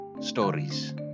stories